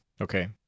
Okay